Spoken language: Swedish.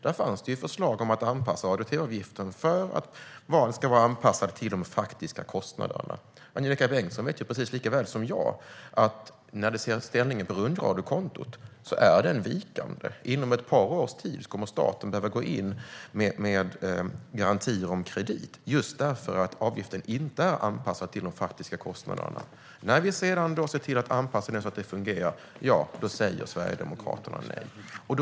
Där fanns det förslag om att anpassa radio och tv-avgiften till de faktiska kostnaderna. Angelika Bengtsson vet precis likaväl som jag att ställningen på rundradiokontot är vikande. Inom ett par års tid kommer staten att behöva gå in med garantier om kredit, just eftersom avgiften inte är anpassad till de faktiska kostnaderna. Men när vi ser till att anpassa det så att det ska fungera säger Sverigedemokraterna nej.